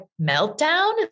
meltdown